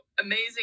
amazing